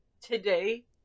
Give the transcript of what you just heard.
today